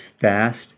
fast